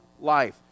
life